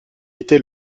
était